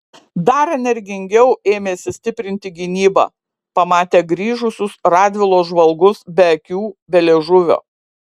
dar energingiau ėmėsi stiprinti gynybą pamatę grįžusius radvilos žvalgus be akių be liežuvio